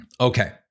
Okay